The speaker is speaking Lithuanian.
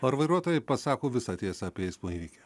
ar vairuotojai pasako visą tiesą apie eismo įvykį